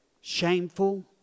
shameful